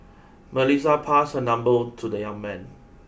Melissa passed her number to the young man